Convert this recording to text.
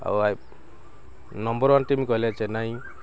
ଆଉ ନମ୍ବର୍ କହିଲେ ଚେନ୍ନାଇ